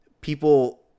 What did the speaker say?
people